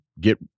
get